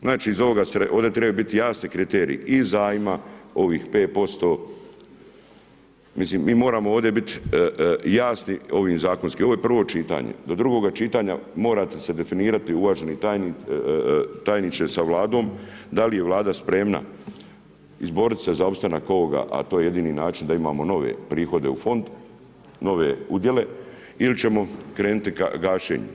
Znači ovdje treba biti jasniji kriteriji i zajma ovih 5%, mislim, mi moramo ovdje biti jasni, ovim zakonskim, ovo je prvo čitanje, do drugoga čitanja morate se definirati uvaženi tajniče sa Vladom, da li je vlada spremna, izboriti se za opstanak a to je jedini način da imamo nove prihode u fond, nove udjele, ili ćemo krenuti gašenjem.